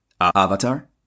Avatar